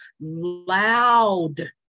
loud